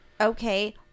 Okay